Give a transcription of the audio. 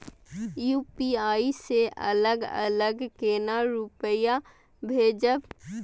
UPI से अलग अलग केना रुपया भेजब